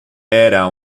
era